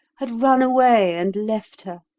had run away and left her.